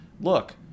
look